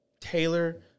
Taylor